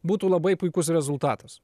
būtų labai puikus rezultatas